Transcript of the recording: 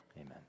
Amen